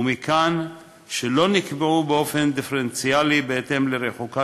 ומכאן שלא נקבעו באופן דיפרנציאלי בהתאם לריחוקה